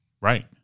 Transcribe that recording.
Right